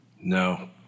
No